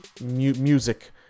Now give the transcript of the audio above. music